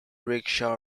rickshaw